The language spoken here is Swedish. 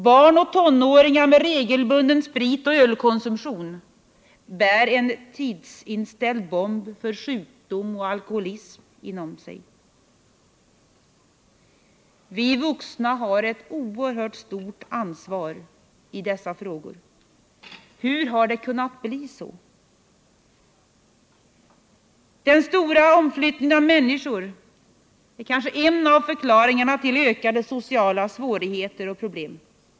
Barn och tonåringar med regelbunden spritoch ölkonsumtion bär en tidsinställd bomb för sjukdom och alkoholism inom sig. Vi vuxna har ett oerhört stort ansvar i dessa frågor. Hur har det kunnat bli så här? Den stora omflyttningen av människor är kanske en av förklaringarna till ökade sociala svårigheter och problem.